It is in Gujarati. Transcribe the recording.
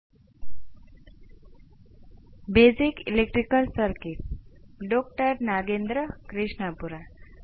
આપણે અચળ ઇનપુટ્સ માટે પ્રથમ ઓર્ડર સર્કિટના પ્રતિભાવનું તદ્દન ઝડપથી વિશ્લેષણ કર્યું છે